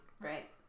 right